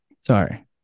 Sorry